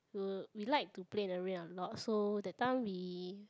uh we like to play in the rain a lot so the time we